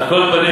על כל פנים,